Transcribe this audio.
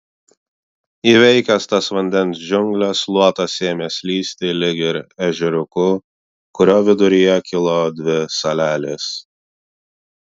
įveikęs tas vandens džiungles luotas ėmė slysti lyg ir ežeriuku kurio viduryje kilo dvi salelės